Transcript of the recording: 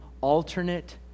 alternate